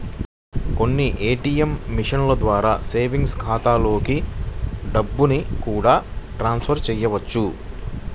కొన్ని ఏ.టీ.యం మిషన్ల ద్వారా సేవింగ్స్ ఖాతాలలోకి డబ్బుల్ని కూడా ట్రాన్స్ ఫర్ చేయవచ్చు